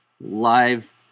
live